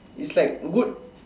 it's like good